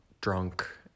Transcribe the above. drunk